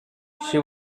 she